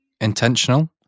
intentional